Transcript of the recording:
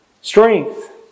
strength